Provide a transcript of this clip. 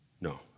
No